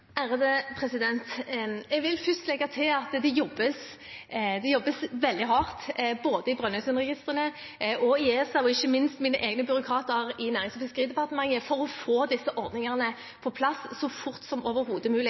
Jeg vil først legge til at det jobbes veldig hardt, både i Brønnøysundregistrene, i ESA og ikke minst av mine egne byråkrater i Nærings- og fiskeridepartementet, for å få disse ordningene på plass så fort som overhodet mulig.